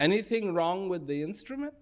anything wrong with the instrument